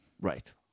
right